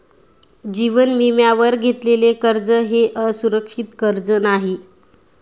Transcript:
जीवन विम्यावर घेतलेले कर्ज हे असुरक्षित कर्ज नाही